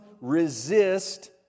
resist